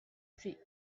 street